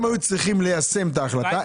הם היו צריכים ליישם את ההחלטה.